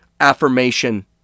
affirmation